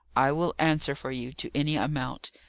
i will answer for you to any amount.